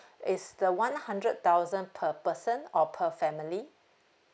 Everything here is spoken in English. is the one hundred thousand per person or per family